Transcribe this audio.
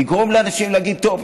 לגרום לאנשים להגיד: טוב,